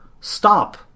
stop